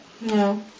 no